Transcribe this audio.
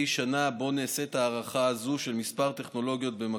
שנה שבו נעשית ההערכה הזו של מספר טכנולוגיות במקביל,